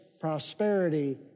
prosperity